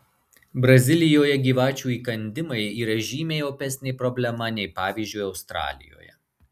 brazilijoje gyvačių įkandimai yra žymiai opesnė problema nei pavyzdžiui australijoje